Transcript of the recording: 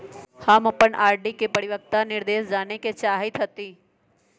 हम अपन आर.डी के परिपक्वता निर्देश जाने के चाहईत हती